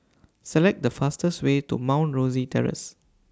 Select The fastest Way to Mount Rosie Terrace